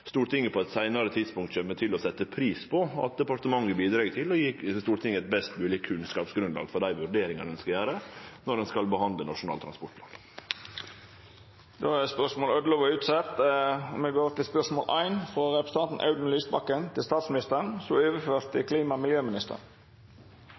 Stortinget på eit seinare tidspunkt kjem til å setje pris på: at departementet bidreg til å gje Stortinget eit best mogleg kunnskapsgrunnlag for dei vurderingane ein skal gjere når ein skal behandle Nasjonal transportplan. Dette spørsmålet er utsett til neste spørjetime, då statsråden er bortreist. Me går då til spørsmål 1. Dette spørsmålet, frå representanten Audun Lysbakken til statsministeren, er overført til